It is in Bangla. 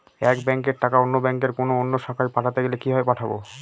এক ব্যাংকের টাকা অন্য ব্যাংকের কোন অন্য শাখায় পাঠাতে গেলে কিভাবে পাঠাবো?